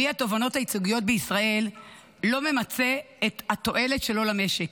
כלי התובענות הייצוגיות בישראל לא ממצה את התועלת שלו למשק.